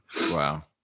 Wow